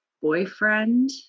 boyfriend